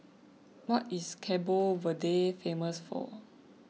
what is Cabo Verde famous for